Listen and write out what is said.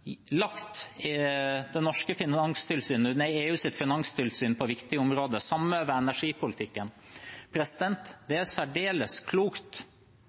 og lagt det norske finanstilsynet ned i EUs finanstilsyn på viktige områder. Det samme gjelder energipolitikken.